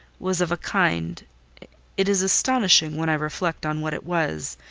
was of a kind it is astonishing, when i reflect on what it was,